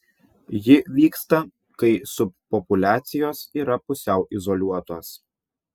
ji vyksta kai subpopuliacijos yra pusiau izoliuotos